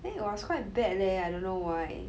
then it was quite bad leh I don't know why